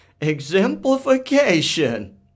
Exemplification